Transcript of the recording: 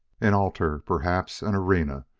an altar, perhaps an arena,